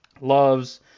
Loves